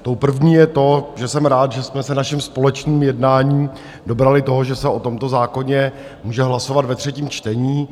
Tou první je to, že jsem rád, že jsme se naším společným jednáním dobrali toho, že se o tomto zákoně může hlasovat ve třetím čtení.